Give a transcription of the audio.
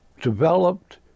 developed